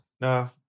No